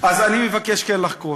אז אני מבקש כן לחקור.